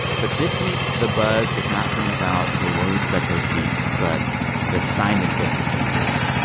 but, this week, the buzz has not been about the words beto speaks but the signage that he uses.